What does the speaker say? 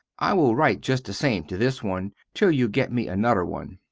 i will rite just the same to this one till you get me a nuther one.